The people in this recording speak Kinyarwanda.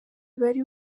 bari